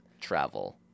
travel